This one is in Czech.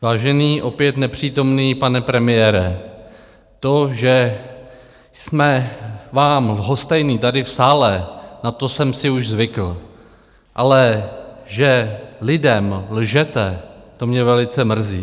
Vážený opět nepřítomný pane premiére, to, že jsme vám lhostejní tady v sále, na to jsem si už zvykl, ale že lidem lžete, to mě velice mrzí.